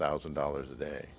thousand dollars a day